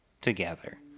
together